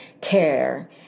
care